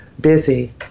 busy